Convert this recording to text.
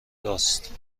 راست